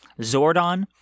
Zordon